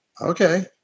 okay